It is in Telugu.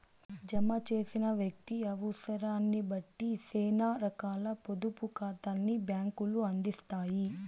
జమ చేసిన వ్యక్తి అవుసరాన్నిబట్టి సేనా రకాల పొదుపు కాతాల్ని బ్యాంకులు అందిత్తాయి